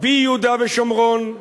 ביהודה ושומרון.